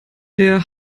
der